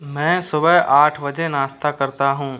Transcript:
मैं सुबह आठ बजे नाश्ता करता हूँ